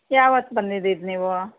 ಯಾವತ್ತು ಬಂದಿದ್ದಿದ್ದು ನೀವು